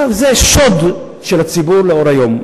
זה שוד של הציבור לאור היום,